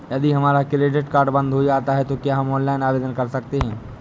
यदि हमारा credit card बंद हो जाता है तो क्या हम ऑनलाइन आवेदन कर सकते हैं?